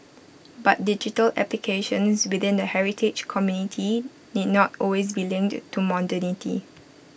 but digital applications within the heritage community need not always be linked to modernity